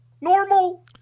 normal